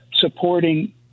supporting